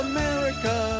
America